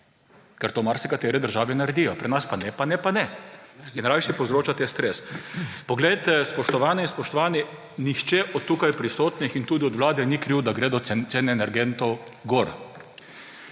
ker to marsikatere države naredijo. Pri nas pa ne pa ne pa ne in rajši povzročate stres. Poglejte, spoštovane in spoštovani, nihče od tukaj prisotnih in tudi od vlade ni kriv, da grejo cene energentov gor.